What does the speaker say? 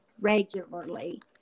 regularly